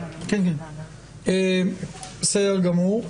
בסדר גמור.